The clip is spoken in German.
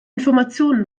informationen